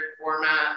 format